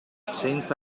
senza